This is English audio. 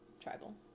Tribal